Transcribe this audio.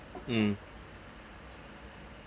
mm